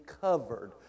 covered